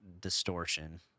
distortion